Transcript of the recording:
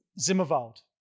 Zimmerwald